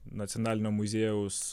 nacionalinio muziejaus